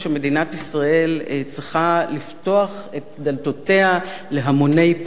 ישראל צריכה לפתוח את דלתותיה להמוני פליטים,